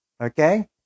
okay